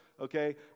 Okay